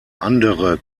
andere